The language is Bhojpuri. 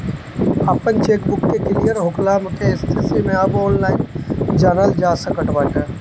आपन चेकबुक के क्लियर होखला के स्थिति भी अब ऑनलाइन जनल जा सकत बाटे